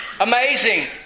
amazing